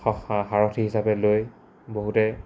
সাৰথি হিচাপে লৈ বহুতে